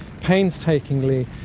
painstakingly